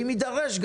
אם יידרש,